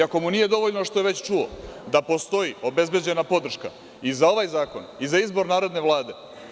Ako mu nije dovoljno što je već čuo da postoji obezbeđena podrška i za ovaj zakon i za izbor narodne Vlade.